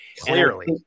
Clearly